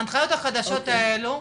ההנחיות החדשות האלו,